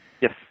Yes